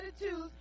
attitudes